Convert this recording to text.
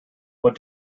what